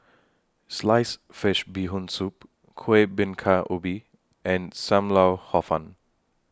Sliced Fish Bee Hoon Soup Kueh Bingka Ubi and SAM Lau Hor Fun